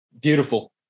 Beautiful